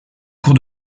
cours